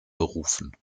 berufen